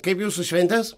kaip jūsų šventės